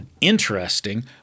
interesting